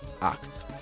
Act